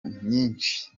nyinshi